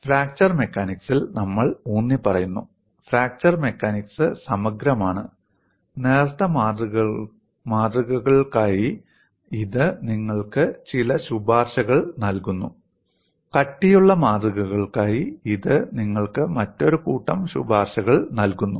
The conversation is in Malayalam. ഫ്രാക്ചർ മെക്കാനിക്സിൽ നമ്മൾ ഊന്നിപ്പറയുന്നു ഫ്രാക്ചർ മെക്കാനിക്സ് സമഗ്രമാണ് നേർത്ത മാതൃകകൾക്കായി ഇത് നിങ്ങൾക്ക് ചില ശുപാർശകൾ നൽകുന്നു കട്ടിയുള്ള മാതൃകകൾക്കായി ഇത് നിങ്ങൾക്ക് മറ്റൊരു കൂട്ടം ശുപാർശകൾ നൽകുന്നു